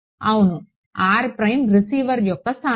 అవును రిసీవర్ యొక్క స్థానం